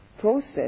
process